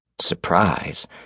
Surprise